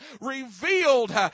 revealed